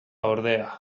ordea